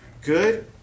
good